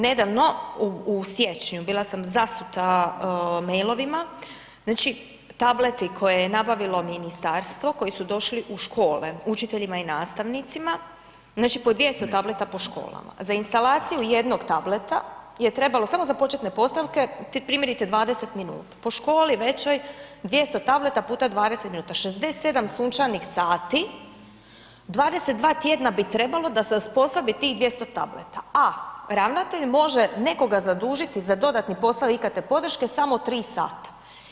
Nedavno, u siječnju bila sam zasuta e-mailovima, znači tableti koje je nabavilo ministarstvo koji su došli u škole, učiteljima i nastavnicima, znači po 200 tableta po školama, za instalaciju jednog tableta je trebalo samo za početne postavke, primjerice 20 minuta, po školi većoj 200 tableta puta 20 minuta, 67 sunčanih sati, 22 tjedna bi trebalo da se osposobi tih 200 tableta, a ravnatelj može nekoga zadužiti za dodatni posao IT podrške samo 3 sata.